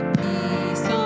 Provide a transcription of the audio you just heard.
peace